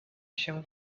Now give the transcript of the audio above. się